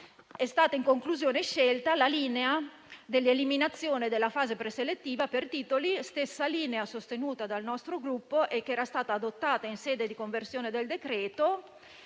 scelta, in conclusione, la linea dell'eliminazione della fase preselettiva per titoli, la stessa sostenuta dal nostro Gruppo e che era stata adottata in sede di conversione del decreto-legge.